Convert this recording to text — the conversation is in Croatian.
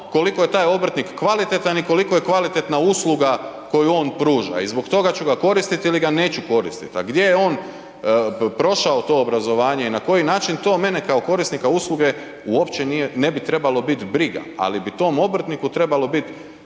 koliko je taj obrtnik kvalitetan i koliko je kvalitetna usluga koju on pruža i zbog toga ću ga koristiti ili ga neću koristiti, a gdje je on prošao to obrazovanje i na koji način, to mene kao korisnika usluge uopće nije, ne bi treba biti briga, ali bi tom obrtniku trebalo biti